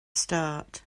start